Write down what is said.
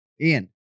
Ian